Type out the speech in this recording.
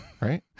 Right